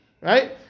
right